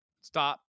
Stop